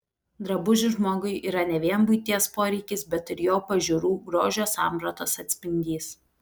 drabužis žmogui yra ne vien buities poreikis bet ir jo pažiūrų grožio sampratos atspindys